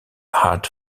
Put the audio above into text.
had